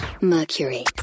Mercury